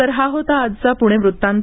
तर हा होता आजचा पुणे वृत्तांत